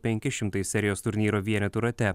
penki šimtai serijos turnyro vienetų rate